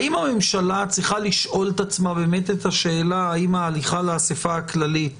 האם הממשלה צריכה לשאול את עצמה את השאלה האם ההליכה לאספה הכללית